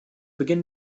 beginn